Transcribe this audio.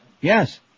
Yes